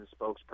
spokesperson